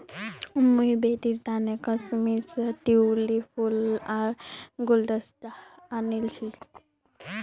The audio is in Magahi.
मुई बेटीर तने कश्मीर स ट्यूलि फूल लार गुलदस्ता आनील छि